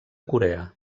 corea